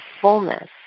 fullness